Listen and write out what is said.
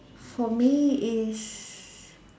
for me is